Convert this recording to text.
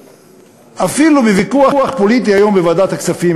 אפילו בוויכוח פוליטי היום בוועדת הכספים,